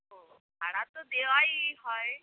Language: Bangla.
ও ভাড়া তো দেওয়াই হয়